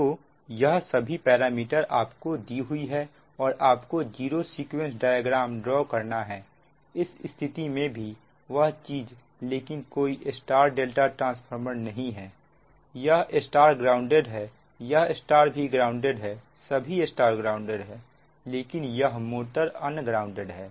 तो यह सभी पैरामीटर आपको दी हुई है और आपको जीरो सीक्वेंस डायग्राम ड्रॉ करना है इस स्थिति में भी वही चीज लेकिन कोई Y ∆ ट्रांसफार्मर नहीं है यह Y ग्राउंडेड है यह Y भी ग्राउंडेड है सभी Y ग्राउंडेड है लेकिन यह मोटर अनग्राउंडेड है